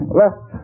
left